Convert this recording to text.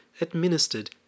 ...administered